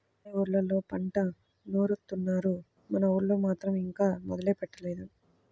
అన్ని ఊర్లళ్ళోనూ పంట నూరుత్తున్నారు, మన ఊళ్ళో మాత్రం ఇంకా మొదలే పెట్టలేదు